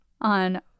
on